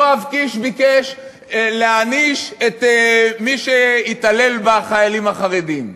יואב קיש ביקש להעניש את מי שהתעלל בחיילים חרדים.